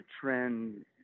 trend